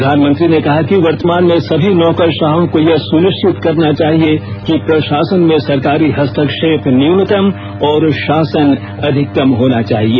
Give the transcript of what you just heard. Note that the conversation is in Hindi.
प्रधानमंत्री ने कहा कि वर्तमान में सभी नौकरशाहों को यह सुनिश्चित करना चाहिए कि प्रशासन में सरकारी हस्तक्षेप न्यूनतम और शासन अधिकतम होना चाहिए